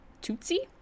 Tootsie